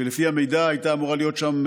שלפי המידע הייתה אמורה להיות שם,